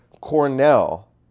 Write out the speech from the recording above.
Cornell